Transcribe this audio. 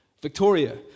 Victoria